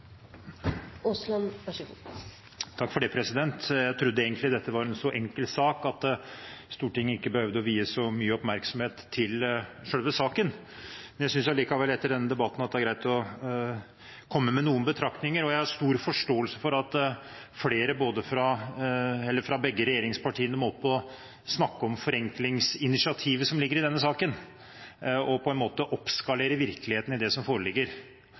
Jeg trodde egentlig at dette var en så enkel sak at ikke Stortinget behøvde å vie selve saken så mye oppmerksomhet. Jeg synes likevel etter denne debatten at det er greit å komme med noen betraktninger. Jeg har stor forståelse for at flere, fra begge regjeringspartiene, må opp og snakke om forenklingsinitiativet som ligger i denne saken, og på en måte oppskalere virkeligheten i det som foreligger